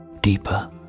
deeper